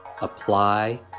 apply